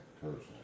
personally